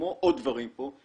כמו עוד דברים פה,